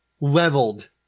leveled